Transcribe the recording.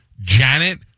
Janet